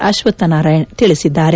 ಅಶ್ವತ್ಥ ನಾರಾಯಣ ತಿಳಿಸಿದ್ದಾರೆ